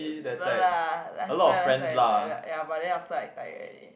no lah last time last time ya ya but then after I tired already